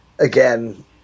Again